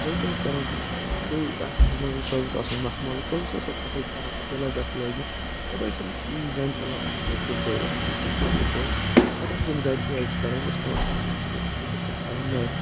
بیٚیہِ کیٛاہ حظ کَرَن تِم بیٚیہِ تَتھ پھٮ۪رنَس سُہ حظ گۄژھ آسُن مخمَلُک سُہ حظ گۄژھ آسُن اَصٕل پھٮ۪رَن تِلہٕ حظ آسہِ لٲگِتھ پتہٕ حظ چھِ تِم زَنہِ تُلان اَکھ کٲشُر بٲتھ تُلُکھ حظ کٲشُر بٲتھ پتہٕ حظ چھِ یِم زَنہِ کیٛاہ حظ چھِ کران یِم حظ چھِ تھاوان اَکھ أکۍ سِنٛدِس فٮ۪کِس پٮ۪ٹھ تھاوان نَرِ